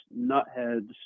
nutheads